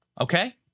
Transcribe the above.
okay